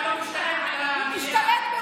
חבר הכנסת סעדה, נא לשבת.